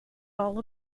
all